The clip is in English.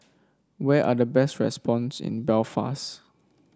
where are the best restaurants in Belfast